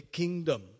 kingdom